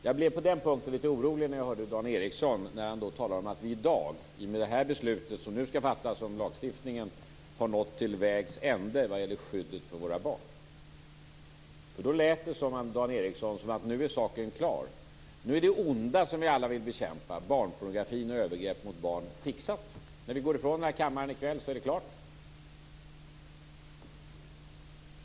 Jag blev därför litet orolig när jag hörde Dan Ericsson tala om att vi i dag, i och med detta beslut som nu skall fattas om lagstiftningen, har nått till vägs ände vad gäller skyddet för våra barn. Det lät nämligen på Dan Ericsson som att saken nu är klar, att nu är det onda som vi alla vill bekämpa - barnpornografi och övergrepp mot barn - fixat och när vi går ifrån denna kammare i kväll så är det klart.